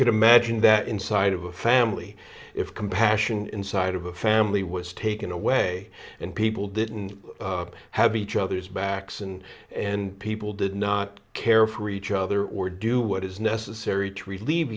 can imagine that inside of a family if compassion inside of a family was taken away and people didn't have each other's backs and and people did not care for each other or do what is necessary to relieve